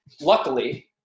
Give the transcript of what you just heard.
luckily